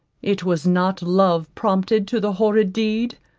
it was not love prompted to the horrid deed?